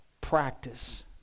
practice